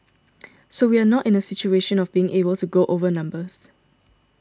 so we are not in a situation of being able to go over numbers